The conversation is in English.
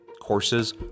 Courses